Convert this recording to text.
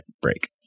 break